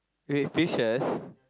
wait fishes